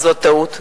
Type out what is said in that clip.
זאת טעות.